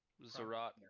Zerat